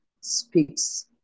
speaks